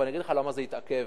ואגיד לך למה זה התעכב